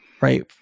right